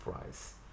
price